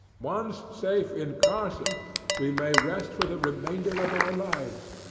once safe in carson we may rest for the remainder of our lives.